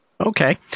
Okay